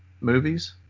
movies